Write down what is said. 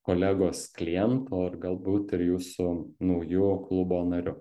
kolegos klientu ar galbūt ir jūsų nauju klubo nariu